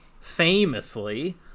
famously